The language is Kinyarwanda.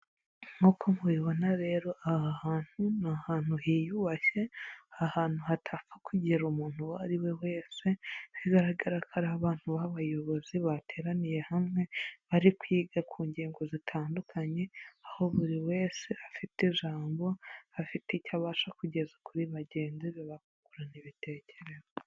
Nk'uko mubibona rero aha hantu ni ahantu hiyubashye, ahantu hatapfa kugira umuntu uwo ari we wese. Bigaragara ko ari abantu b'abayobozi bateraniye hamwe, bari kwiga ku ngingo zitandukanye, aho buri wese afite ijambo afite icyo abasha kugeza kuri bagenzi be bakungurana ibitekerezo.